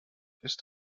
ist